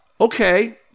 Okay